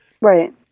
Right